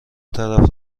طرف